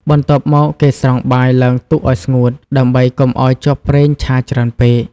បន្ទាប់មកគេស្រង់បាយឡើងទុកអោយស្ងួត ដើម្បីកុំឲ្យជាប់ប្រេងឆាច្រើនពេក។